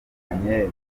bitandukanye